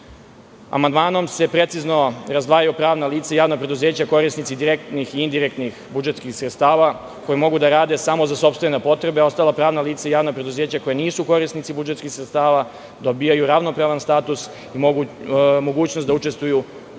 tržište. Amandmanom se precizno razdvajaju pravna lica i javna preduzeća korisnici direktnih i indirektnih budžetskih sredstava koji mogu da rade samo za sopstvene potrebe, a ostala pravna lica i javna preduzeća koja nisu korisnici budžetskih sredstava dobijaju ravnopravan status i mogućnost da učestvuju u tržišnoj